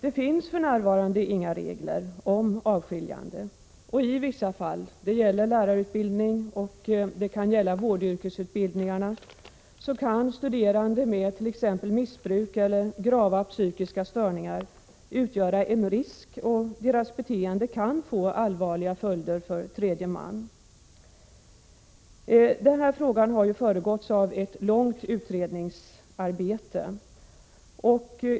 Det finns för närvarande inga regler om avskiljande, och i vissa fall — det gäller lärarutbildning och det kan gälla vårdyrkesutbildningarna — kan studerande med t.ex. missbruk eller grava psykiska störningar utgöra en risk, och deras beteende kan få allvarliga följder för tredje man. Förslaget har föregåtts av ett långt utredningsuppdrag.